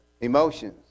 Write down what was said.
emotions